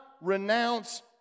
renounce